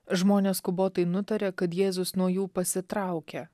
žmonės skubotai nutarė kad jėzus nuo jų pasitraukia